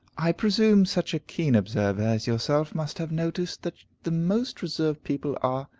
i presume such a keen observer as yourself must have noticed that the most reserved people are,